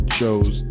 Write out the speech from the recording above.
shows